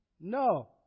No